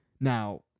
now